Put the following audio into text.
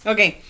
Okay